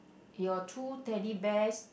your two Teddy Bears